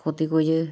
खदै गयो